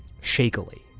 shakily